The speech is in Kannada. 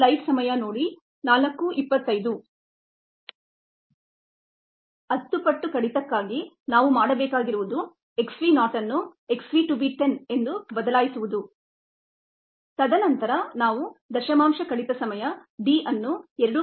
10 ಪಟ್ಟು ಕಡಿತಕ್ಕಾಗಿ ನಾವು ಮಾಡಬೇಕಾಗಿರುವುದು x v naught ಅನ್ನು xv to be 10 ಎಂದು ಬದಲಾಯಿಸುವುದು ತದನಂತರ ನಾವು ದಶಮಾಂಶ ಕಡಿತ ಸಮಯ d ಅನ್ನು 2